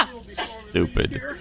Stupid